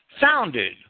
founded